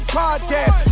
podcast